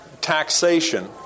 taxation